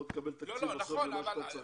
לא תקבל תקציב למה שאתה צריך.